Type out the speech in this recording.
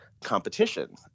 competition